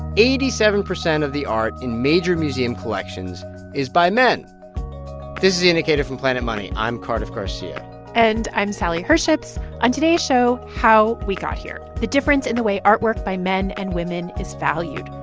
eighty-seven percent of the art in major museum collections is by men this is the indicator from planet money. i'm cardiff garcia and i'm sally herships. on today's show, how we got here the difference in the way artwork by men and women is valued,